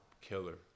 killer